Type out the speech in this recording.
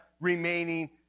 remaining